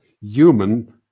human